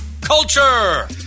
Culture